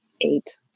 eight